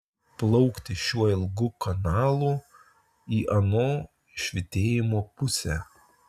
plaukti šiuo ilgu kanalu į ano švytėjimo pusę